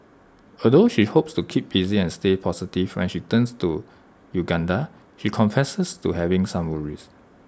although she hopes to keep busy and stay positive when she returns to Uganda she confesses to having some worries